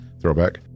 Throwback